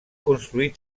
construir